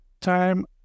time